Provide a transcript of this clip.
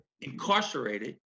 incarcerated